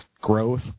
growth